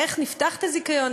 איך נפתח את הזיכיון,